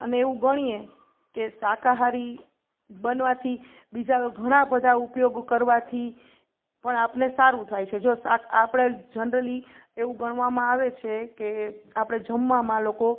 અને એવું ગણીએ કે શાકાહારી બનવાથી બીજા ઘણા બધા ઉપયોગો કરવાથી પણ આપણને સારું થાય છે જો આપણે જનરલી એવું ગણવામાં આવે છે કે આપણે જમવામાં લોકો